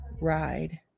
ride